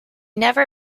never